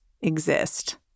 exist